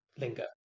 linger